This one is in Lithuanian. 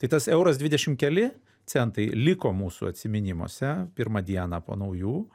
tai tas euras dvidešim keli centai liko mūsų atsiminimuose pirmą dieną po naujų